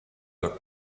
your